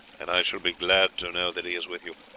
and i shall be glad to know that he is with you.